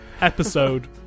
episode